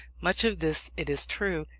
much of this, it is true,